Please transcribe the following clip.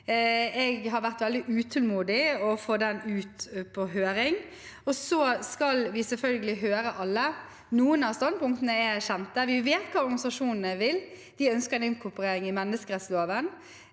Jeg har vært veldig utålmodig etter å få den ut på høring. Vi skal selvfølgelig høre alle, og noen av standpunktene er kjent. Vi vet hva organisasjonene vil. De ønsker en inkorporering i menneskerettsloven.